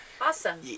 Awesome